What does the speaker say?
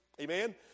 Amen